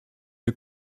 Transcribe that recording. der